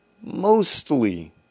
mostly